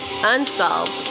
Unsolved